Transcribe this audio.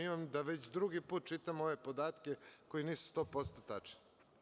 Imam da već drugi put čitam ove podatke koji nisu 100% tačni.